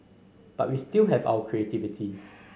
but we still have our creativity